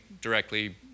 directly